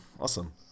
awesome